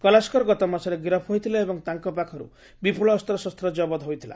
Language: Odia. କଲାସ୍କର ଗତମାସରେ ଗିରଫ ହୋଇଥିଲେ ଏବଂ ତାଙ୍କ ପାଖରୁ ବିପୁଳ ଅସ୍ତ୍ରଶସ୍ତ ଜବତ ହୋଇଥିଲା